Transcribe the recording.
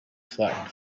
flattened